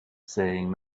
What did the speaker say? saying